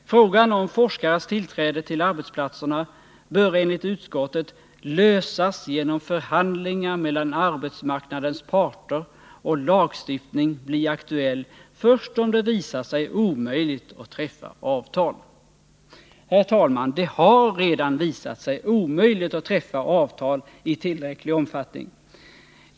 Frågan om forskares tillträde till arbetsplatserna bör enligt utskottet ”lösas genom förhandlingar mellan arbetsmarknadens parter och lagstiftning bli aktuell först om det visar sig omöjligt att träffa avtal”. Herr talman! Det har redan visat sig omöjligt att träffa avtal i tillräcklig omfattning.